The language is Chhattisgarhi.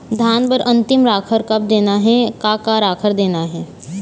धान बर अन्तिम राखर कब देना हे, का का राखर देना हे?